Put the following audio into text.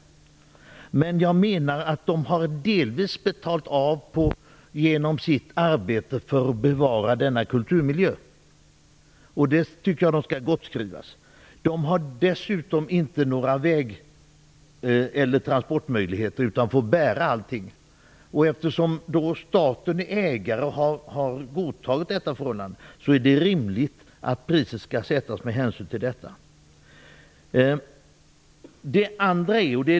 Men jag menar att man delvis har betalt av genom sitt arbete för att bevara denna kulturmiljö. Jag tycker att de skall gottskrivas det. De har dessutom inga vägar eller transportmöjligheter utan de får bära allting. Eftersom staten är ägare och har godtagit detta förhållande är det rimligt att priset sätts med hänsyn till detta.